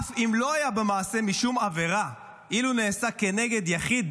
אף אם לא היה במעשה משום עבירה אילו נעשה כנגד יחיד,